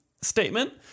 statement